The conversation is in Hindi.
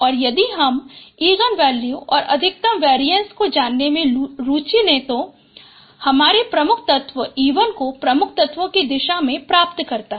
और यदि हम इगन वैल्यू और अधिकतम वेरिएंस को जानने में रूचि ले तो हम हमारे प्रमुख तत्व e1 को प्रमुख तत्वों की दिशा में प्राप्त करतें हैं